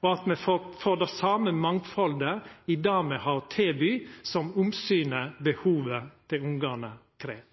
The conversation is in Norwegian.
og at me får det same mangfaldet i det me har å tilby, som omsynet og behovet til ungane krev.